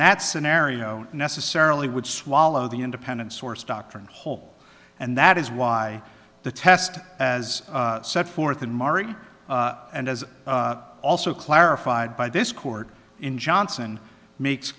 that scenario necessarily would swallow the independent source doctrine whole and that is why the test as set forth in mari and as also clarified by this court in johnson makes